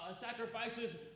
sacrifices